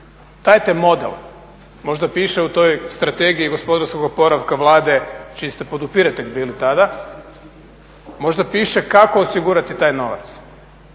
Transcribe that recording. Dajte model. Možda piše u toj strategiji gospodarskog oporavka Vlade čiji ste podupiratelj bili tada, možda piše kako osigurati taj novac.